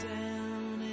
down